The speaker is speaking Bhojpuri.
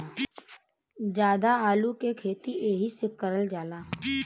जादा आलू के खेती एहि से करल जाला